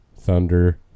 thunder